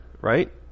right